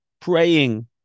praying